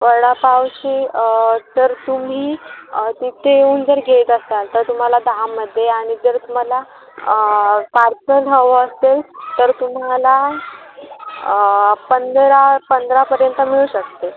वडापावची जर तुम्ही तिथे येऊन जर घेत असाल तर तुम्हाला दहामध्ये आणि जर तुम्हाला पार्सल हवं असेल तर तुम्हाला पंधरा पंधरापर्यंत मिळू शकते